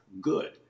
good